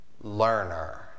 learner